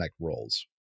roles